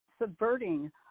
subverting